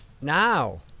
now